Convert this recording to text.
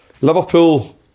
Liverpool